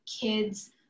kids